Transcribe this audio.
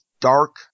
dark